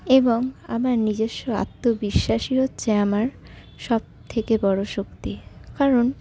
এবং আমার নিজস্ব আত্মবিশ্বাসই হচ্ছে আমার সবথেকে বড়ো শক্তি কারণ